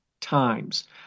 times